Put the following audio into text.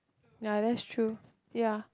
ya that's true ya